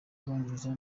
bwongereza